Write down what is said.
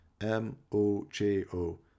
M-O-J-O